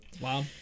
Wow